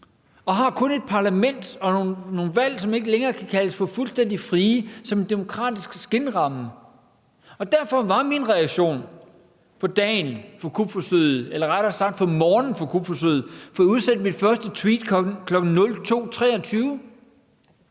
og har kun et parlament og nogle valg, som ikke længere kan kaldes for fuldstændig frie, som en demokratisk skinramme. Derfor var min reaktion på dagen for kupforsøget eller rettere sagt på morgenen for kupforsøget, at jeg udsendte mit første tweet kl. 02.23.